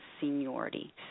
seniority